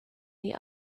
the